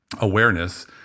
awareness